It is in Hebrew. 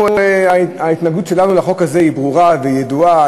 ההתנגדות שלנו לחוק הזה ברורה וידועה.